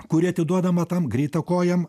kuri atiduodama tam greitakojam